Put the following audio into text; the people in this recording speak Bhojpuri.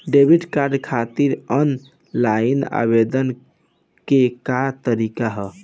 डेबिट कार्ड खातिर आन लाइन आवेदन के का तरीकि ह?